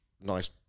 nice